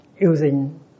using